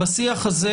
בשיח הזה